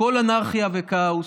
הכול אנרכיה וכאוס,